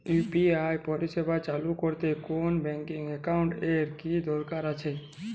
UPI পরিষেবা চালু করতে কোন ব্যকিং একাউন্ট এর কি দরকার আছে?